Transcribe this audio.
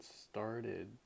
started